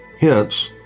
Hence